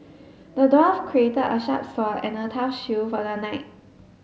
the dwarf crafted a sharp sword and a tough shield for the knight